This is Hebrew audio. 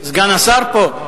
סגן השר פה.